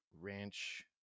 ranch